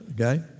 Okay